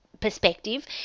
perspective